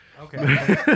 Okay